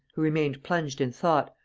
who remained plunged in thought,